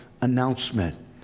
announcement